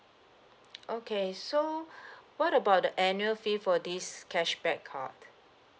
okay so what about the annual fee for this cashback card